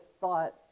thought